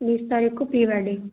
बीस तारीख़ को प्री वेडिंग